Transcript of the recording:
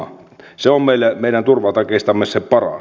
se on meidän turvatakeistamme se paras